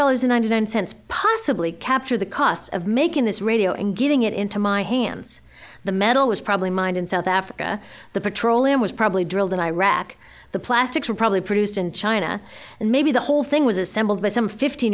dollars ninety nine cents possibly capture the cost of making this radio and getting it into my hands the metal was probably mined in south africa the petroleum was probably drilled in iraq the plastics were probably produced in china and maybe the whole thing was assembled with some fifteen